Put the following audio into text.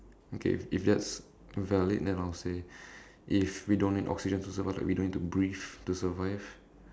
okay if if that's valid then I'll say if we don't need oxygen to survive like we don't need to breathe to survive